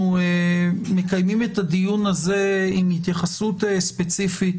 אנחנו מקיימים את הדיון הזה עם התייחסות ספציפית